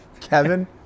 Kevin